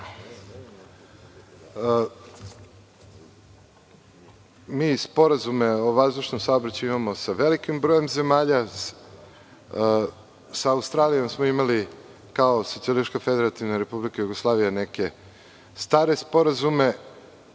Mi sporazume o vazdušnom saobraćaju imamo sa velikim brojem zemalja. Sa Australijom smo imali kao Socijalistička Federativna Republika Jugoslavija neke stare sporazume.